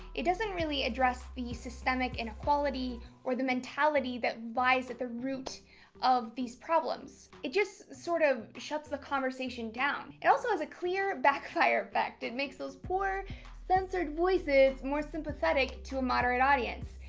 it doesn't really address the systemic inequality or the mentality that lies at the root of these problems. it just sort of shuts the conversation down. it also has a clear backfire effect it makes those poor censored voices more sympathetic to a moderate audience.